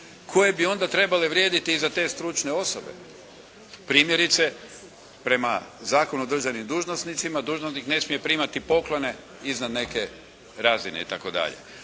koje bi onda trebale vrijediti i za te stručne osobe. Primjerice prema Zakonu o državnim dužnosnicima, dužnosnik ne smije primati poklone iznad neke razine itd.